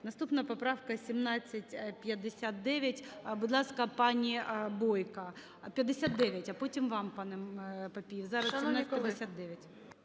Наступна поправка 1759. Будь ласка, пані Бойко, 59, а потім вам, пане Папієв, зараз – 1759.